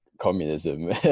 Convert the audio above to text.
communism